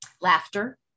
laughter